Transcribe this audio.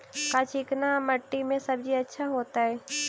का चिकना मट्टी में सब्जी अच्छा होतै?